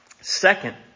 Second